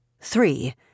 Three